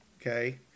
Okay